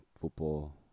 football